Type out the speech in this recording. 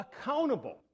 accountable